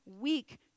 weak